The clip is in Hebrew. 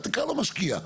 תקרא לו משקיע.